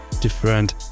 different